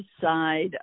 side